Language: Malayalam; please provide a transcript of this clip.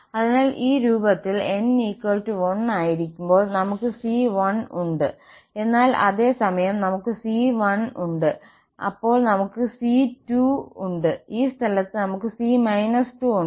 അതിനാൽ ഈ രൂപത്തിൽ n1 ആയിരിക്കുമ്പോൾ നമുക്ക് c1 ഉണ്ട് എന്നാൽ അതേ സമയം നമുക്ക് c 1 ഉണ്ട് അപ്പോൾ നമുക്ക് c2 ഉണ്ട് ഈ സ്ഥലത്ത് നമുക്ക് c 2 ഉണ്ട്